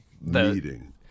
meeting